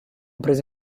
prese